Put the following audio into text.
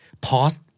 pause